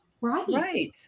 right